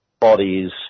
bodies